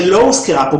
שהיא לא הוזכרה פה,